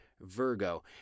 Virgo